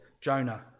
Jonah